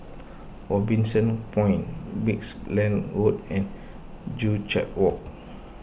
Robinson Point Brickland Road and Joo Chiat Walk